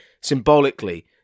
symbolically